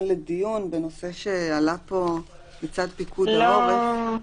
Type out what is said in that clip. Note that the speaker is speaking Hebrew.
לדיון בנושא שעלה פה לצד פיקוד העורף.